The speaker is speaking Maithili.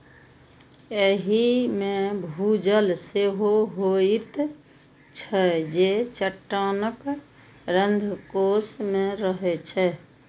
एहि मे भूजल सेहो होइत छै, जे चट्टानक रंध्रकोश मे रहै छै